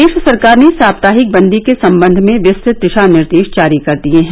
प्रदेश सरकार ने साप्ताहिक बन्दी के सम्बंध में विस्तृत दिशा निर्देश जारी कर दिए हैं